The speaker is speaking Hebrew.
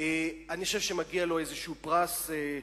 אני חושב שמגיע לו איזה פרס,